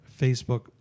Facebook